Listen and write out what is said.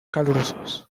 calurosos